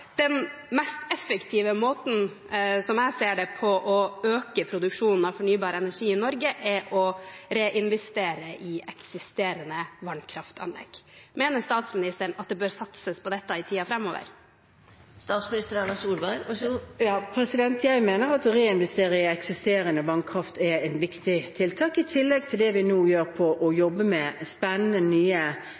Den mest effektive måten, slik jeg ser det, for å øke produksjonen av fornybar energi i Norge er å reinvestere i eksisterende vannkraftanlegg. Mener statsministeren at det bør satses på dette i tiden framover? Ja, jeg mener at å reinvestere i eksisterende vannkraft er et viktig tiltak, i tillegg til det vi nå gjør med å jobbe med spennende, nye